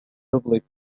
public